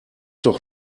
doch